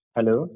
Hello